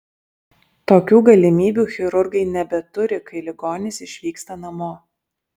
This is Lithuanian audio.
tokių galimybių chirurgai nebeturi kai ligonis išvyksta namo